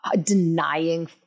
Denying